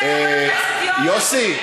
יוסי,